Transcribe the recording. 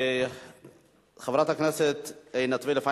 חברת הכנסת עינת וילף,